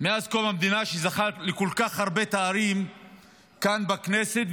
מאז קום המדינה שזכה לכל כך הרבה תארים כאן בכנסת,